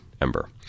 Ember